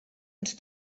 ens